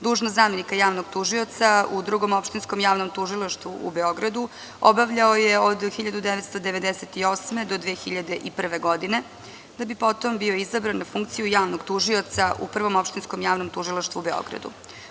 Dužnost zamenika javnog tužioca u Drugom opštinskom javnom tužilaštvu u Beogradu obavljao je od 1998. do 2001. godine, da bi potom bio izabran na funkciju javnog tužioca u Prvom opštinskom javnom tužilaštvu u Beogradu.